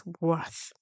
worth